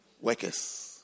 Workers